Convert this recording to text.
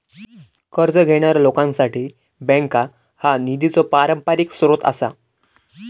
कर्ज घेणाऱ्या लोकांसाठी बँका हा निधीचो पारंपरिक स्रोत आसा